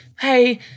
Hey